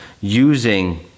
using